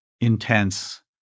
intense